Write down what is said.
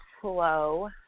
flow